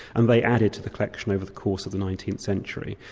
and they added to the collection over the course of the nineteenth century,